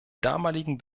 damaligen